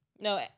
No